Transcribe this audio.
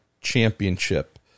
championship